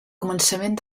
començament